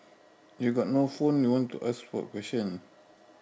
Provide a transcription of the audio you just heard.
you got no phone you want to ask for a question